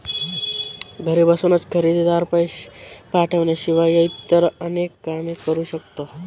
घरी बसूनच खरेदीदार, पैसे पाठवण्याशिवाय इतर अनेक काम करू शकतो